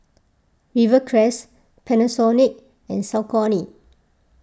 Rivercrest Panasonic and Saucony